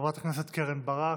חברת הכנסת קרן ברק,